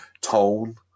tone